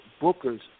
Booker's